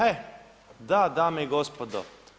E da, dame i gospodo.